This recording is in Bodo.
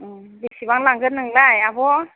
उम बेसेबां लांगोन नोंलाय आब'